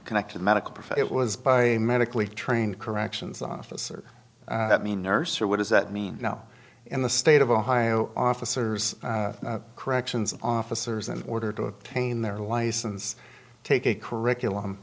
connected medical profession it was by a medically trained corrections officer that mean nurse or what does that mean now in the state of ohio officers corrections officers an order to obtain their license take a curriculum